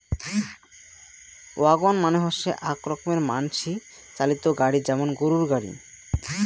wagon মানে হসে আক রকমের মানসি চালিত গাড়ি যেমন গরুর গাড়ি